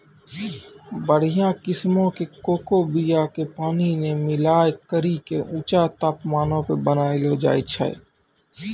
बढ़िया किस्मो के कोको बीया के पानी मे मिलाय करि के ऊंचा तापमानो पे बनैलो जाय छै